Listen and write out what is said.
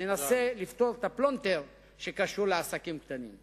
ננסה לפתור את הפלונטר שקשור לעסקים קטנים.